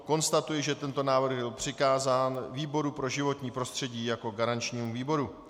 Konstatuji, že tento návrh byl přikázán výboru pro životní prostředí jako garančnímu výboru.